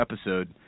episode